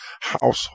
household